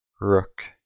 rook